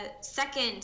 second